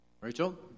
Rachel